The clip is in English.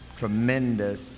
tremendous